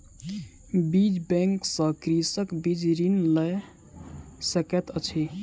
बीज बैंक सॅ कृषक बीज ऋण लय सकैत अछि